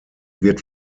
wird